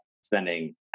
spending